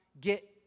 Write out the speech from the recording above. get